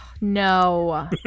No